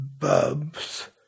Bub's